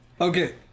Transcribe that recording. Okay